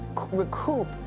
recoup